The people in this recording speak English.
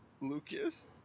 Lucas